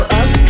up